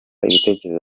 ibitekerezo